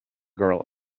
girl